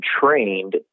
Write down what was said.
trained